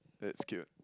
that's cute